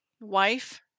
wife